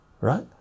right